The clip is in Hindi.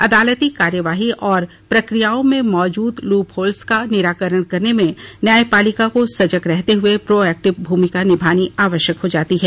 अदालती कार्यवाही और प्रक्रियाओं में मौजूद लूप होल्स का निराकरण करने में न्यायपालिका को सजग रहते हुए प्रोएक्टिव भूमिका निभानी आवश्यक हो जाती है